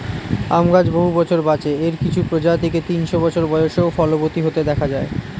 আম গাছ বহু বছর বাঁচে, এর কিছু প্রজাতিকে তিনশো বছর বয়সেও ফলবতী হতে দেখা যায়